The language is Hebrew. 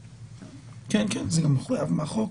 זה מחויב בחוק.